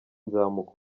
nzamuka